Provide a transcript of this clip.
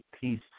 peace